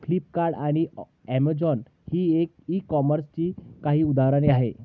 Flipkart आणि Amazon ही e कॉमर्सची काही उदाहरणे आहे